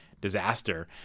disaster